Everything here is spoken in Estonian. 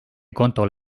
kontol